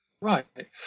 Right